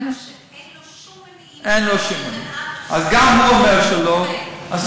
אדם שאין לו שום מניעים, אין לו שום מניעים.